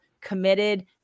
committed